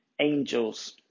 angels